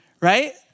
right